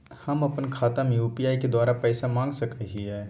हम अपन खाता में यू.पी.आई के द्वारा पैसा मांग सकई हई?